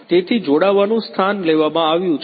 તેથી જોડાવાનું સ્થાન લેવામાં આવ્યું છે